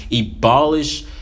abolish